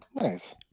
nice